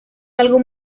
algún